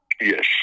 Yes